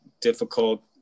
difficult